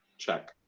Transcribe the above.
check.